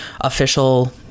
official